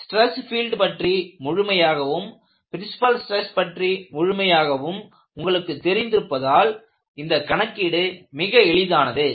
stress field பற்றி முழுமையாகவும் principal stress பற்றி முழுமையாகவும் உங்களுக்கு தெரிந்திருப்பதால் இந்த கணக்கீடு மிக எளிதானது